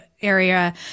area